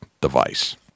device